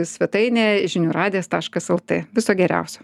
svetainėj žinių radijas taškas lt viso geriausio